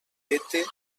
goethe